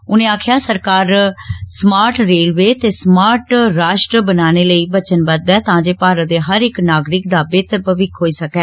उनें आक्खेआ सरकार स्मार्ट रेलवे ते स्मार्ट राष्ट्र बनने लेई वचनबद्द ऐ तां जे भारत दे हर इक्क नागरिक दा बेहतर भविक्ख होई सकै